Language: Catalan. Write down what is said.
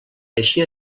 així